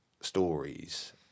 stories